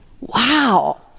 wow